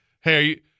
hey